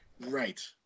Right